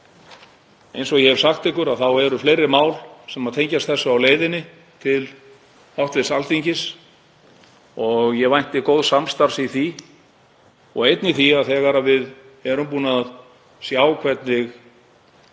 Eins og ég hef sagt ykkur eru fleiri mál sem tengjast þessu á leiðinni til hv. Alþingis og ég vænti góðs samstarfs í því og einnig því að þegar við erum búin að sjá hvernig